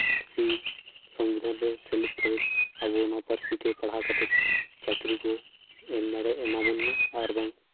ᱯᱟᱹᱨᱥᱤ ᱥᱚᱝᱵᱤᱫᱷᱟᱱ ᱨᱮ ᱥᱮᱞᱮᱫ ᱠᱟᱛᱮᱫ ᱟᱵᱚ ᱱᱚᱣᱟ ᱯᱟᱹᱨᱥᱤ ᱛᱮ ᱯᱟᱲᱦᱟᱣ ᱠᱟᱛᱮᱫ ᱪᱟᱹᱠᱨᱤ ᱠᱚ ᱮᱢ ᱫᱟᱲᱮ ᱮᱢᱟᱵᱚᱱᱢᱟ ᱟᱨ ᱵᱟᱝ